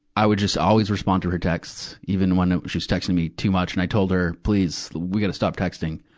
i would just always respond to her texts, even when she was texting me too much. and i told her please, we gotta stop texting.